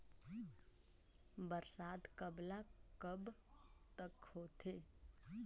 बरसात कब ल कब तक होथे?